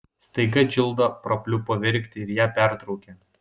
staiga džilda prapliupo verkti ir ją pertraukė